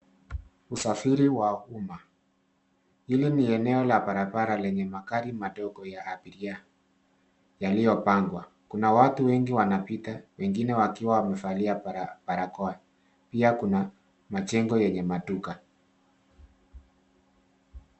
Usafiri wa uma. Hili ni eneo la barabara lenye magari madogo ya abiria yaliyopangwa. Kuna watu wengi wanapita wengine wakiwa wamevalia barakoa. Pia kuna majengo yenye maduka.